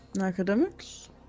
academics